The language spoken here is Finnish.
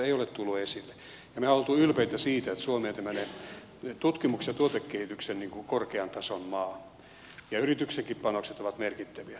mehän olemme olleet ylpeitä siitä että suomi on tämmöinen tutkimuksen ja tuotekehityksen korkean tason maa ja yritystenkin panokset ovat merkittäviä